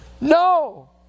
No